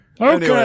Okay